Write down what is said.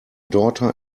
daughter